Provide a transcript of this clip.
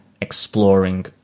exploring